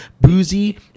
Boozy